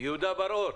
יהודה בר אור,